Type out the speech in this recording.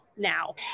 now